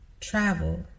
travel